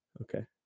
Okay